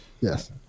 Yes